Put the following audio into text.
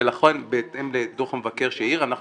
ונכון בהתאם לדו"ח המבקר שהעיר אנחנו